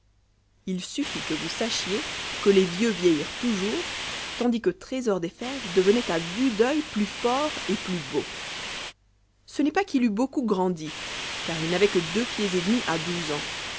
m suffit que vous sachiez que les vieux vieillirent toujours tandis que trésor des fèves devenait à vue d'cnl plus fort et plus beau ce n'est pas qu'il eût beaucoup grandi car il n'avait que deux pieds et demi à douze ans